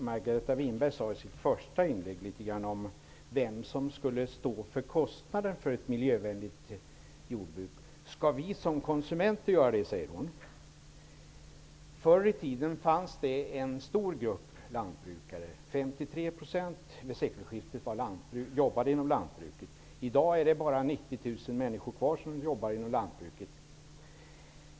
Herr talman! I sitt första inlägg talade Margareta Winberg om vem som skulle stå för kostnaden för ett miljövänligt jordbruk. Hon frågade om vi konsumenter skall göra det. Förr i tiden fanns det en stor grupp lantbrukare; vid sekelskiftet jobbade 53 % inom lantbruket. I dag är det bara 90 000 människor som jobbar inom lantbruket.